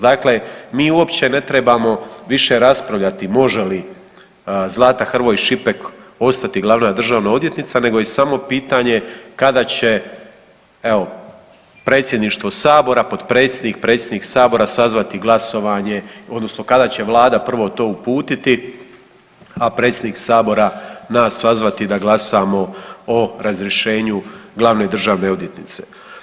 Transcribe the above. Dakle, mi uopće ne trebamo više raspravljati može li Zlata Hrvoj Šipek ostati Glavna državna odvjetnica, nego je samo pitanje kada će evo, Predsjedništvo Sabora, Potpredsjednik, Predsjednik Sabora sazvati glasovanje, odnosno kada će Vlada prvo to uputiti a Predsjednik Sabora nas sazvati da glasamo o razrješenju Glavne državne odvjetnice.